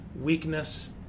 weakness